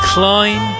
Klein